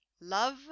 love